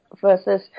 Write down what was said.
versus